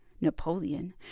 Napoleon